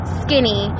skinny